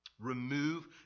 Remove